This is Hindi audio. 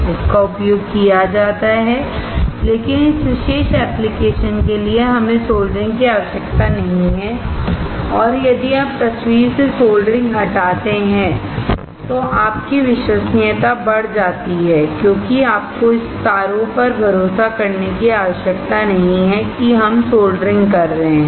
इसका उपयोग किया जाता है लेकिन इस विशेष एप्लिकेशन के लिए हमें सोल्डरिंग की आवश्यकता नहीं है और यदि आप तस्वीर से सोल्डरिंग हटाते हैं तो आपकी विश्वसनीयता बढ़ जाती है क्योंकि आपको इस तारों पर भरोसा करने की आवश्यकता नहीं है जिससे हम सोल्डरिंग कर रहे हैं